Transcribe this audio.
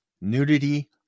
nudity